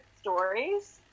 stories